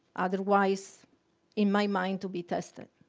otherwise in my mind to be tested.